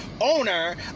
owner